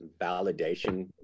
validation